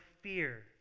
fear